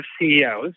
CEOs